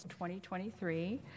2023